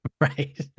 Right